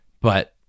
but-